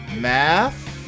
math